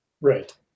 right